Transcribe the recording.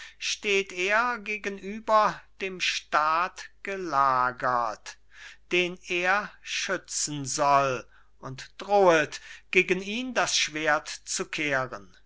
steht er gegenüber dem staat gelagert den er schützen soll und drohet gegen ihn das schwert zu kehren